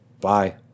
Bye